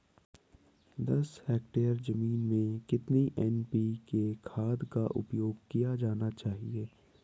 दस हेक्टेयर जमीन में कितनी एन.पी.के खाद का उपयोग किया जाना चाहिए?